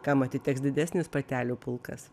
kam atiteks didesnis patelių pulkas